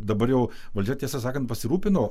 dabar jau valdžia tiesą sakant pasirūpino